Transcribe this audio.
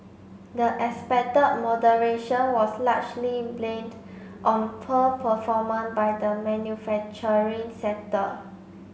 the expected moderation was largely blamed on poor by the manufacturing sector